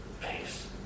Peace